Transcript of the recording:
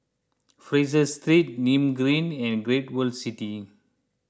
Fraser Street Nim Green and Great World City